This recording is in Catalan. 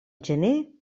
gener